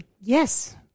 Yes